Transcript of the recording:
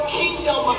kingdom